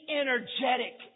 energetic